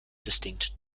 distinct